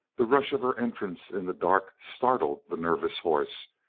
the rush of her entrance in the dark startled the nervous horse,